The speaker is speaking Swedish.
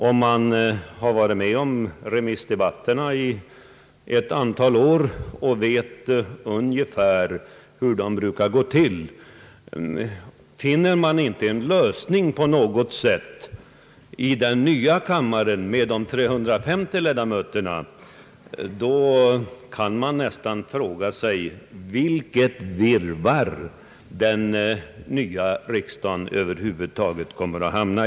Har man varit med om remissdebatterna ett antal år och vet ungefär hur de brukar gå till kan man fråga sig: Vilket virrvarr kommer den nya riksdagen med sina 350 ledamöter att hamna i om inte någon lösning när det gäller debattordningen kommer till stånd?